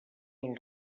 del